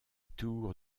tour